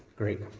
great.